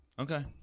Okay